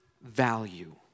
value